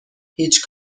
هیچ